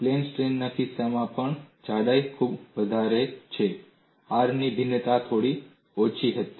plane તાણના કિસ્સામાં જ્યાં જાડાઈ ખૂબ વધારે છે R ની ભિન્નતા થોડી ઓછી હતી